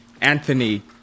Anthony